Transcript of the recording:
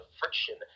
friction